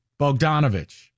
Bogdanovich